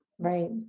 Right